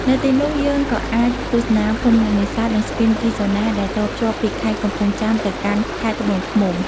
នៅទីនោះ យើងក៏អាចទស្សនាភូមិអ្នកនេសាទ និងស្ពានគីហ្សូណាដែលតភ្ជាប់ពីខេត្តកំពង់ចាមទៅកាន់ខេត្តត្បូងឃ្មុំ។